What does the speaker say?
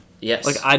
Yes